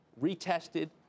retested